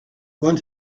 want